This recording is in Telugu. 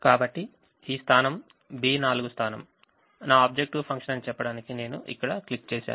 కాబట్టి ఈ స్థానం B4 స్థానం నా ఆబ్జెక్టివ్ ఫంక్షన్ అని చెప్పడానికి నేను ఇక్కడ క్లిక్ చేశాను